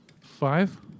Five